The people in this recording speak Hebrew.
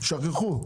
שכחו.